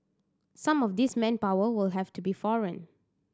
some of this manpower will have to be foreign